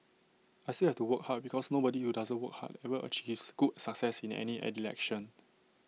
I still have to work hard because nobody who doesn't work hard ever achieves good success in any election